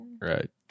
Right